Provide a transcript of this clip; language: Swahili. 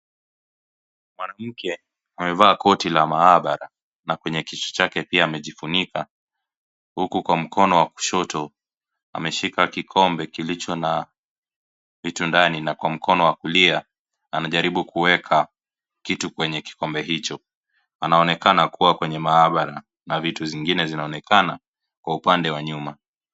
Mwanamke amevaa koti la maabara na kwenye kichwa chake pia amejifunika huku kwa mkono wa kushoto ameshika kikombe kilicho na vitu ndani na kwa mkono wa kulia, anajaribu kuweka kitu kwenye kikombe hicho. Anaonekana kuwa kwenye maabara na vitu zingine zinaonekana kwa upande wa nyuma.